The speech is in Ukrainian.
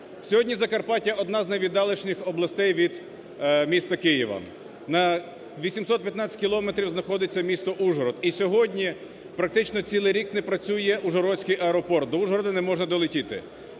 Сьогодні Закарпаття – одна з найвіддаленіших областей від міста Києва. На 815 кілометрів знаходиться місто Ужгород. І сьогодні практично цілий рік не працює ужгородський аеропорт, до Ужгорода не можна долетіти.